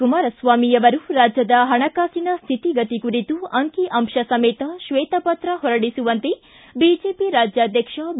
ಕುಮಾರಸ್ನಾಮಿ ಅವರು ರಾಜ್ಲದ ಹಣಕಾಸಿನ ಸ್ಥಿತಿಗತಿ ಕುರಿತು ಅಂಕಿ ಅಂಶ ಸಮೇತ ತ್ಷೇತಪತ್ರ ಹೊರಡಿಸುವಂತೆ ಎಂದು ಬಿಜೆಪಿ ರಾಜ್ಯಾಧ್ಯಕ್ಷ ಬಿ